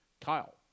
Kyle